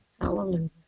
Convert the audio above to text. Hallelujah